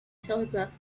telegraph